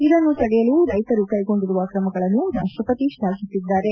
ಇದನ್ನು ತಡೆಯಲು ರೈತರು ಕೈಗೊಂಡಿರುವ ಕ್ರಮಗಳನ್ನು ರಾಷ್ಟಪತಿ ಶ್ಲಾಘಿಸಿದ್ದಾರೆ